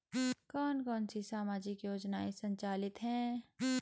कौन कौनसी सामाजिक योजनाएँ संचालित है?